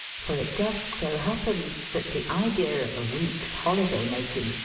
for it just so happened that the idea of a week's holiday-making,